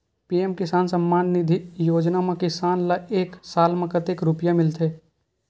PM किसान सम्मान निधी योजना म किसान ल एक साल म कतेक रुपिया मिलथे?